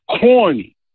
corny